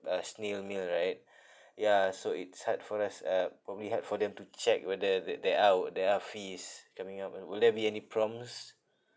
uh snail mail right ya so it's hard for us uh probably hard for them to check whether there there are would there are fees coming up will will there be any problems